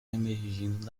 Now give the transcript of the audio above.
emergindo